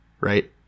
right